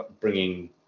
bringing